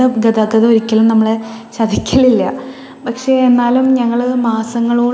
ഗതാഗതം ഒരിക്കലും നമ്മളെ ചതിക്കലില്ല പക്ഷെ എന്നാലും ഞങ്ങൾ മാസങ്ങളോളമായി